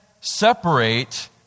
separate